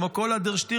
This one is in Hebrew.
כמו כל הדר-שטירמר,